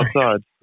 outside